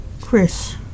Chris